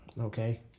Okay